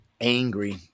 angry